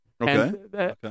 okay